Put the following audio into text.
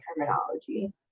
terminology